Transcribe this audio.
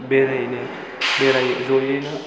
बेरायनो बेराय जयैनो